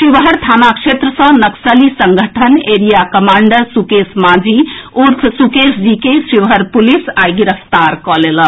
शिवहर सदर थाना क्षेत्र सँ नक्सली संगठन एरिया कमांडर सुकेश माझी उर्फ सुकेश जी के शिवहर पुलिस आई गिरफ्तार कऽ लेलक